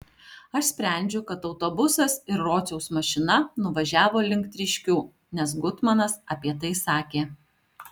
aš sprendžiu kad autobusas ir rociaus mašina nuvažiavo link tryškių nes gutmanas apie tai sakė